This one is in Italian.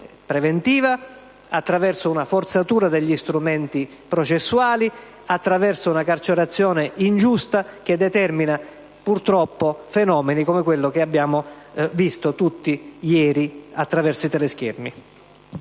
preventiva, attraverso una forzatura degli strumenti processuali, attraverso una carcerazione ingiusta che determina, purtroppo, fenomeni come quello che tutti abbiamo visto ieri attraverso i teleschermi.